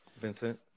Vincent